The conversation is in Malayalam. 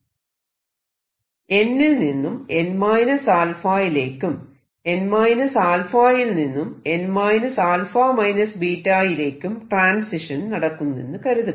n ൽ നിന്നും n 𝜶 യിലേക്കും n 𝜶 ൽ നിന്നും n 𝜶 ꞵ യിലേക്കും ട്രാൻസിഷൻ നടക്കുന്നെന്നു കരുതുക